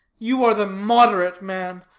you are the moderate man,